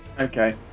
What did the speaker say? Okay